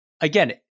again